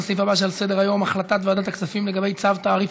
לסעיף הבא שעל סדר-היום: הצעת ועדת הכספים לגבי צו תעריף